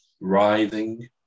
writhing